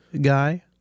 guy